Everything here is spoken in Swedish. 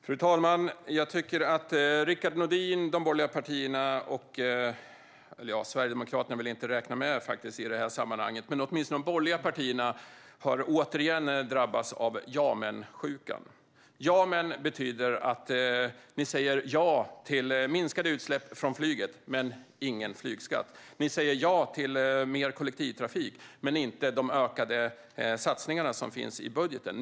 Fru talman! Jag tycker att Rickard Nordin och de borgerliga partierna - Sverigedemokraterna vill jag inte räkna med i detta sammanhang - återigen har drabbats av "ja, men"-sjukan. "Ja, men" betyder att ni säger ja till minskade utsläpp från flyget men inte till flygskatt. Ni säger ja till mer kollektivtrafik men inte till de ökade satsningarna i budgeten.